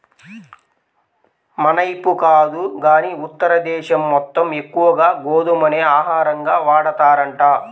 మనైపు కాదు గానీ ఉత్తర దేశం మొత్తం ఎక్కువగా గోధుమనే ఆహారంగా వాడతారంట